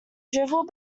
drivel